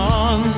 on